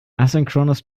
asynchronous